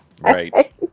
right